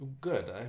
Good